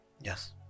Yes